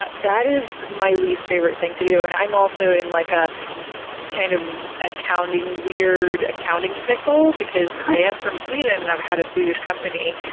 but that is my least favorite thing to do. and, i'm also in like a kind of weird accounting pickle because i am from sweden and i've had a swedish company.